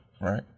Right